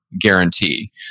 guarantee